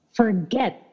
forget